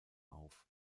auf